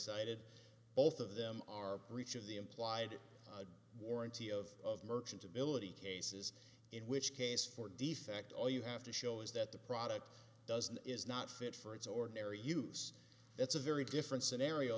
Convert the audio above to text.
cited both of them are breach of the implied warranty of merchantability cases in which case for defect all you have to show is that the product doesn't is not fit for it's ordinary use it's a very different scenario